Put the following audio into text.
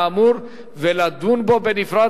האמור ולדון בו בנפרד,